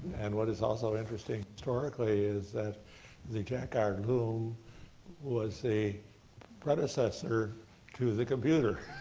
and what is also interesting historically is the jacquard loom was a predecessor to the computer,